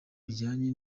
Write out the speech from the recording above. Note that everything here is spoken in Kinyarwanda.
bijyanye